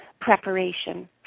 preparation